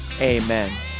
amen